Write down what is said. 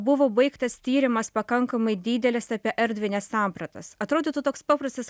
buvo baigtas tyrimas pakankamai didelis apie erdvines sampratas atrodytų toks paprastas